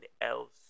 else